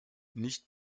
nicht